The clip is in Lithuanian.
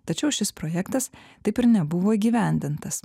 tačiau šis projektas taip ir nebuvo įgyvendintas